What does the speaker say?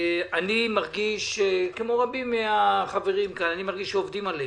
אני מרגיש, כמו רבים מהחברים כאן, שעובדים עלינו.